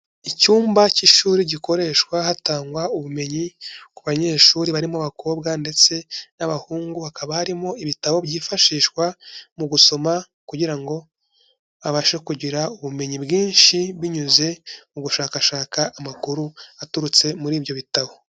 Icyumba cy'ishuri gikoreshwa hatangwa ubumenyi ku banyeshuri barimo abakobwa ndetse n'abahungu, hakaba harimo ibitabo byifashishwa mu gusoma kugira ngo babashe kugira ubumenyi bwinshi, binyuze mu gushakashaka amakuru aturutse muri ibyo bitabo.